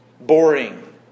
boring